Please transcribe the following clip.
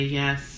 yes